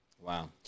Wow